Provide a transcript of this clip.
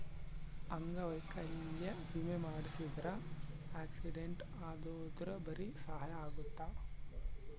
ಅಂಗವೈಕಲ್ಯ ವಿಮೆ ಮಾಡ್ಸಿದ್ರ ಆಕ್ಸಿಡೆಂಟ್ ಅದೊರ್ಗೆ ಬಾರಿ ಸಹಾಯ ಅಗುತ್ತ